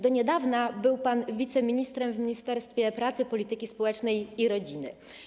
Do niedawna był pan wiceministrem w Ministerstwie Pracy, Polityki Społecznej i Rodziny.